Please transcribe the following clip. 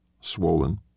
swollen